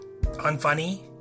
unfunny